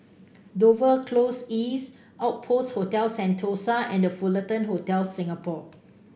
Dover Close East Outpost Hotel Sentosa and Fullerton Hotel Singapore